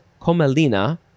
Comelina